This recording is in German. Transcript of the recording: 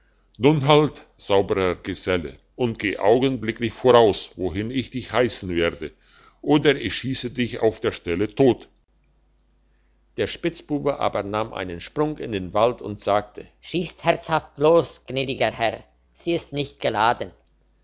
nun halt sauberer geselle und geh augenblicklich voraus wohin ich dich heissen werde oder ich schiesse dich auf der stelle tot der spitzbube aber nahm einen sprung in den wald und sagte schiesst herzhaft los gnädiger herr sie ist nicht geladen